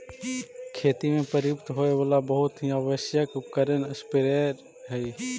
खेती में प्रयुक्त होवे वाला बहुत ही आवश्यक उपकरण स्प्रेयर हई